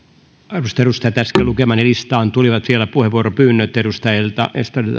arvoisat edustajat äsken lukemaani listaan tulivat vielä puheenvuoropyynnöt edustajilta